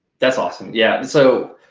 that's awesome, yeah. so,